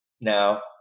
now